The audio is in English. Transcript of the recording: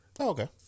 Okay